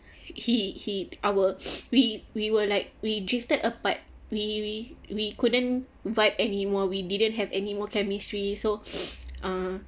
he he our we we were like we drifted apart we we we couldn't vibe any more we didn't have any more chemistry so uh